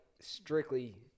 strictly